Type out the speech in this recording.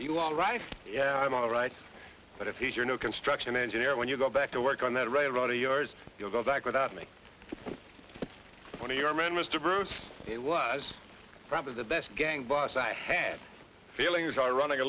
you all right yeah i'm all right but if he's your new construction engineer when you go back to work on that railroad of yours you'll go back without me when your man mr bruce it was probably the best gang boss i had feelings are running a